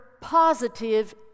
positive